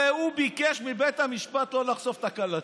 הרי הוא ביקש מבית המשפט לא לחשוף את הקלטות,